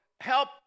help